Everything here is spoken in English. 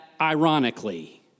ironically